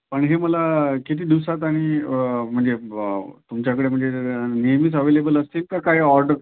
पण हे मला किती दिवसात आणि म्हणजे तुमच्याकडे म्हणजे नेहमीच अवेलेबल असतील का काय ऑर्डर